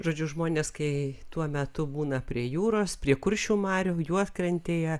žodžiu žmonės kai tuo metu būna prie jūros prie kuršių marių juodkrantėje